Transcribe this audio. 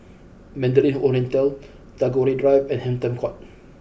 Mandarin Oriental Tagore Drive and Hampton Court